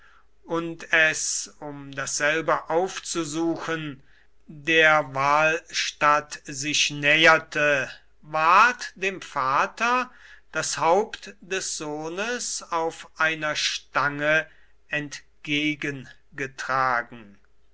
und es um dasselbe aufzusuchen der walstatt sich näherte ward dem vater das haupt des sohnes auf einer stange entgegengetragen